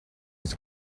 гэж